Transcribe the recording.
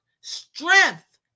strength